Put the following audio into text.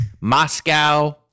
Moscow